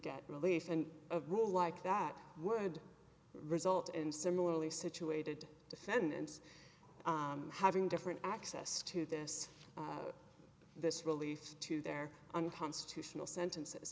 get relief and a rule like that would result in similarly situated defendants having different access to this this relief to their unconstitutional sentences